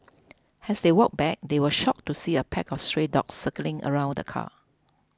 as they walked back they were shocked to see a pack of stray dogs circling around the car